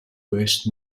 west